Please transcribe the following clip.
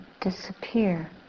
disappear